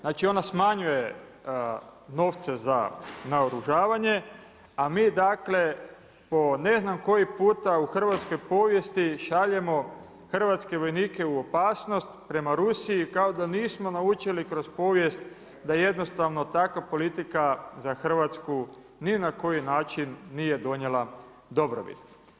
Znači ona smanjuje novce za naoružavanje, a mi po ne znam koji puta u hrvatskoj povijesti šaljemo hrvatske vojnike u opasnost prema Rusiji, kao da nismo naučili kroz povijest da jednostavno takva politika za Hrvatsku ni na koji način nije donijela dobrobit.